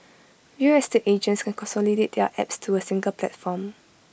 real estate agents can consolidate their apps to A single platform